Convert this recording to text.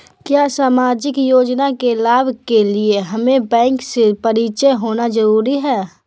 क्या सामाजिक योजना के लाभ के लिए हमें बैंक से परिचय होना जरूरी है?